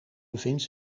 bevindt